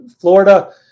Florida –